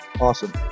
awesome